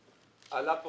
הדרומי יחד עם